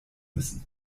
müssen